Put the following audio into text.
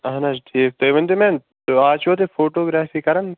اہن حظ ٹھیٖک تُہۍ ؤنتو مےٚ آز چھُوا تُہۍ فوٹوگٛرافی کَران